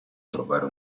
trovare